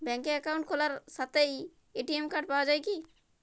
ব্যাঙ্কে অ্যাকাউন্ট খোলার সাথেই এ.টি.এম কার্ড পাওয়া যায় কি?